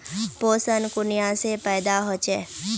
पोषण कुनियाँ से पैदा होचे?